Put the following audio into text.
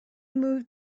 moved